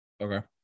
Okay